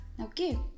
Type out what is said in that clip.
okay